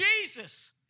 Jesus